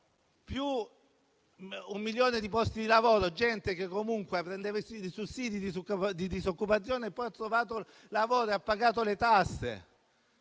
un milione di posti di lavoro. Gente che prendeva i sussidi di disoccupazione ha trovato lavoro. Ha pagato le tasse